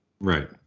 Right